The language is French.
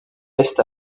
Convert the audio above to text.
laissent